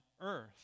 earth